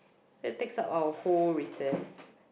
that takes up our whole recess